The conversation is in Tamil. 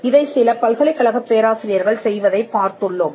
இதை சில பல்கலைக்கழகப் பேராசிரியர்கள் செய்வதைப் பார்த்துள்ளோம்